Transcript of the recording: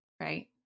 Right